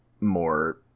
more